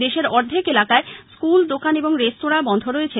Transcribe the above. দেশের অর্ধেক এলাকায় স্কুল দোকান এবং রেঁস্তোরা বন্ধ রয়েছে